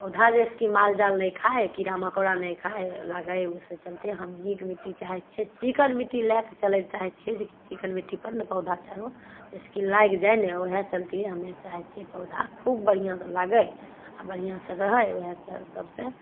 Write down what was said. पौधा जाहिसँ कि मालजाल नहि खाइ कीड़ा मकौड़ा नहि खाइ लागै ओकरा चलते हम नीक मिट्टी चाहै छियै चिकन मिट्टी लऽ कऽ चलै लए चाहै छियै जे कि चिकन मिट्टी पर ने पौधा अच्छा रहौ जाहिसँ कि लागि जाइ ने वएह चलते हमे चाहै छियै पौधा खूब बढ़िआँ सँ लागै आ बढ़िआँ सँ रहै वएह सभसे